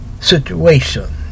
situation